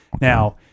now